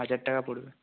হাজার টাকা পড়বে